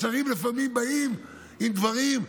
השרים לפעמים באים עם דברים.